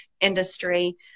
industry